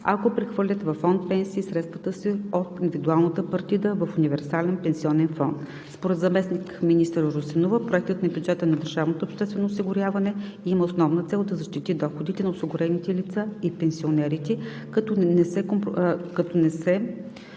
ако прехвърлят във Фонд „Пенсии“ средствата си от индивидуалната партида в универсален пенсионен фонд. Според заместник-министър Русинова Проектът на бюджета на държавното обществено осигуряване има основна цел да защити доходите на осигурените лица и пенсионерите, като не се